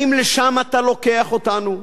האם לשם אתה לוקח אותנו?